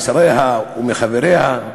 משריה או מחבריה,